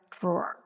drawer